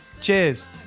Cheers